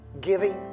giving